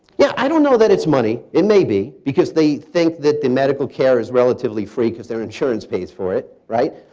yeah, i don't know that it's money. it may be, because they think that the medical care is relatively free because their insurance pays for it. right.